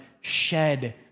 shed